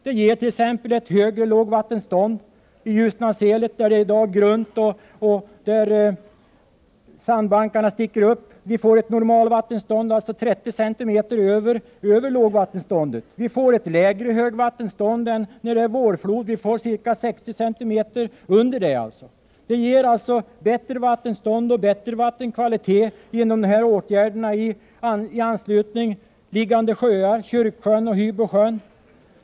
Det ger t.ex. ett högre lågvattenstånd i Ljusnandalen, där det i dag är grunt och där sandbankarna sticker upp. Vi får ett normalvattenstånd som är 30 centimeter över lågvattenståndet. Vi får ett ca 60 centimeter lägre högvattenstånd än när det är vårflod. De här åtgärderna ger bättre vattenstånd och bättre vattenkvalitet i närliggande sjöar, Kyrksjön och Hybosjön.